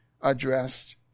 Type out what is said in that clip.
addressed